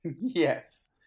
Yes